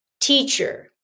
teacher